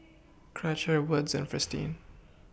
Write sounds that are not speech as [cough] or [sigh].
[noise] Karcher Wood's and Fristine